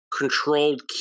controlled